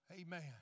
Amen